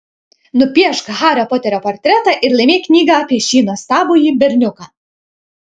nupiešk hario poterio portretą ir laimėk knygą apie šį nuostabųjį berniuką